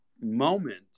moment